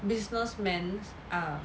businessmen are